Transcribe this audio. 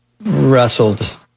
wrestled